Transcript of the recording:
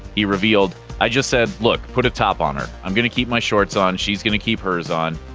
he revealed i just said, look, put a top on her. i'm gonna keep my shorts on, she's gonna keep hers on.